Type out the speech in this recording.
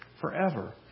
forever